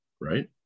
right